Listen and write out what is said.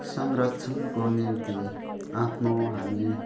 संरक्षणको निम्ति आफ्नो हामी